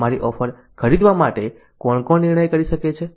અમારી ઓફર ખરીદવા માટે કોણ નિર્ણય કરી શકે છે